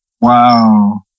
Wow